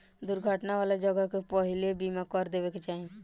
दुर्घटना वाला जगह के पहिलही बीमा कर देवे के चाही